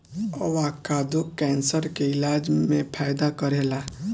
avocado cancer के इलाज में फायदा करेला